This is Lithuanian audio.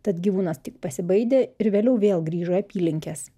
tad gyvūnas tik pasibaidė ir vėliau vėl grįžo į apylinkes